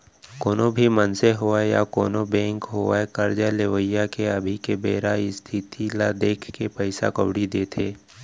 कोनो भी मनसे होवय या कोनों बेंक होवय करजा लेवइया के अभी के बेरा इस्थिति ल देखके पइसा कउड़ी देथे